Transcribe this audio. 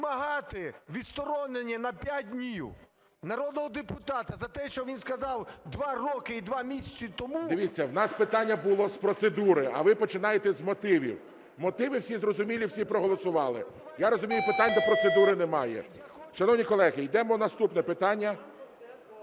вимагати відсторонення на п'ять днів народного депутата за те, що він сказав два роки і два місяці тому… ГОЛОВУЮЧИЙ. Дивіться, у нас питання було з процедури, а ви починаєте з мотивів. Мотиви всі зрозумілі, всі проголосували. Я розумію, питань до процедури немає. Шановні колеги, йдемо наступне питання.